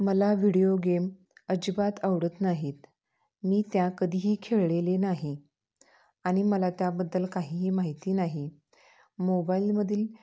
मला video game अजिबात आवडत नाहीत मी त्या कधीही खेळलेले नाही आणि मला त्याबद्दल काहीही माहिती नाही मोबाईलमधील